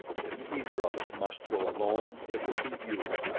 if either of us must go alone, it will be you.